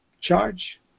charge